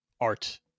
art